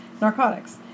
narcotics